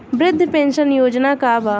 वृद्ध पेंशन योजना का बा?